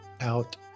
out